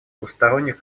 двусторонних